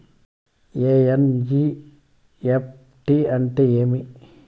NEFT అంటే ఏమి